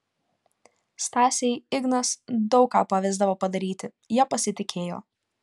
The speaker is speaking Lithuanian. stasei ignas daug ką pavesdavo padaryti ja pasitikėjo